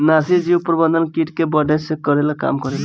नाशीजीव प्रबंधन किट के बढ़े से रोकला के काम करेला